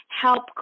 help